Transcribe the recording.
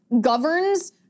governs